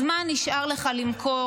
אז מה נשאר לך למכור,